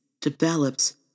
develops